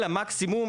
אלא מקסימום,